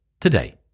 today